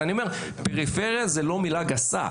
אבל אני אומר פריפריה זו לא מילה גסה.